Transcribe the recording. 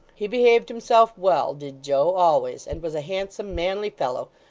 he behaved himself well, did joe always and was a handsome, manly fellow.